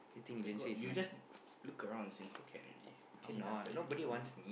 where got you just look around in Singapore can already how many time I tell you